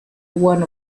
one